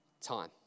time